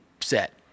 set